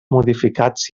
modificats